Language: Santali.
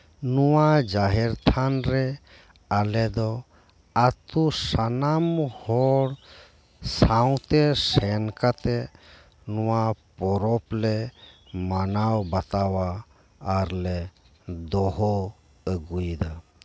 ᱱᱚᱶᱟ ᱡᱟᱦᱮᱨ ᱛᱷᱟᱱ ᱨᱮ ᱟᱞᱮᱫᱚ ᱟᱛᱳ ᱥᱟᱱᱟᱢ ᱦᱚᱲ ᱥᱟᱶᱛᱮ ᱥᱮᱱ ᱠᱟᱛᱮᱫ ᱱᱚᱶᱟ ᱯᱚᱨᱚᱵ ᱞᱮ ᱢᱟᱱᱟᱣ ᱵᱟᱛᱟᱣᱟ ᱟᱨ ᱞᱮ ᱫᱚᱦᱚ ᱟᱹᱜᱩᱭᱮᱫᱟ